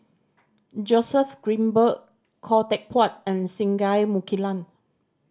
Joseph Grimberg Khoo Teck Puat and Singai Mukilan